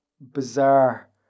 bizarre